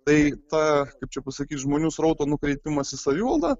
tai tą kaip čia pasakyt žmonių srauto nukreipimas į savivaldą